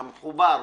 המחובר,